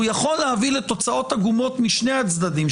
והוא יכול להביא לתוצאות עגומות משני הצדדים,